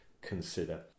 consider